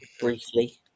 briefly